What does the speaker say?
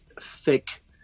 thick